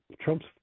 Trump's